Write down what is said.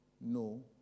No